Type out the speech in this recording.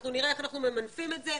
אנחנו נראה איך אנחנו ממנפים את זה.